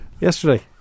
yesterday